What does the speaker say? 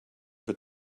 wird